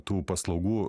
tų paslaugų